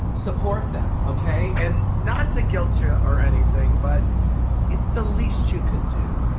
support them, okay? and not to guilt you or anything, but it's the least you could do.